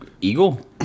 Eagle